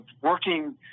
working